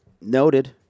Noted